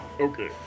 Okay